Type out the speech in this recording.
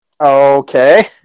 Okay